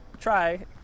try